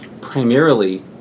primarily